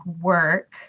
work